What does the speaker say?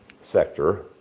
sector